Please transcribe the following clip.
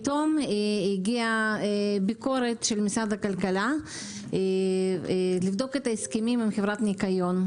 פתאום הגיעה ביקורת של משרד הכלכלה לבדוק את ההסכמים עם חברת ניקיון.